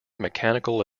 mechanical